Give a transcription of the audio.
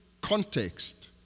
context